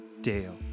Dale